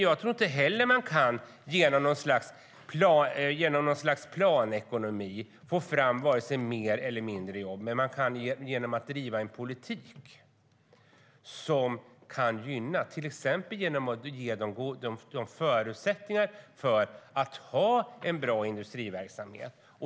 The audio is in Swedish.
Jag tror inte heller att man genom något slags planekonomi kan få fram fler eller färre jobb, men det kan man få genom att driva en gynnande politik, till exempel genom att ge förutsättningar för att ha en bra industriverksamhet.